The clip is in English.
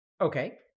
Okay